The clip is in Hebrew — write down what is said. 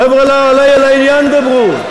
חבר'ה, לעניין דברו.